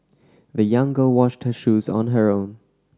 the young girl washed her shoes on her own